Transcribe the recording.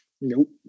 nope